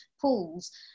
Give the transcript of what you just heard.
pools